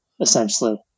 essentially